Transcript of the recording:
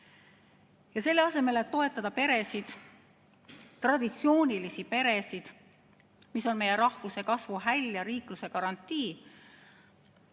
Selle asemel, et toetada peresid, traditsioonilisi peresid, mis on meie rahvuse kasvu häll ja riikluse garantii,